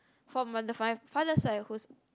from my the father's side who's